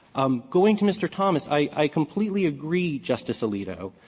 um going to mr. thomas, i completely agree, justice alito,